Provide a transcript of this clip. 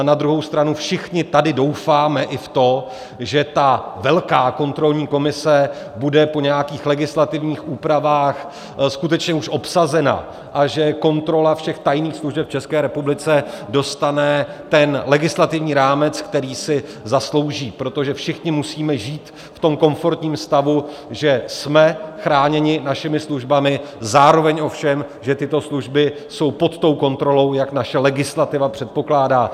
Na druhou stranu všichni tady doufáme i v to, že ta velká kontrolní komise bude po nějakých legislativních úpravách skutečně už obsazena a že kontrola všech tajných služeb v České republice dostane legislativní rámec, který si zaslouží, protože všichni musíme žít v tom komfortním stavu, že jsme chráněni našimi službami, zároveň ovšem že tyto služby jsou pod tou kontrolou, jak naše legislativa předpokládá.